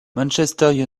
manchester